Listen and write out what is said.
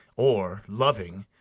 or, loving,